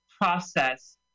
process